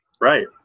Right